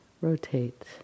rotate